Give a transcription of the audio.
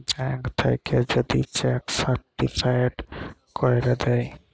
bank থ্যাইকে যদি cheque certified ক্যইরে দ্যায়